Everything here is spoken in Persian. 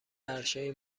عرشه